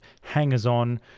hangers-on